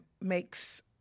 makes